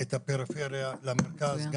את הפריפריה למרכז.